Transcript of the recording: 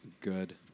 Good